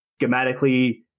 schematically